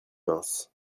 mince